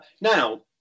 now